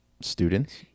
students